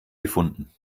gefunden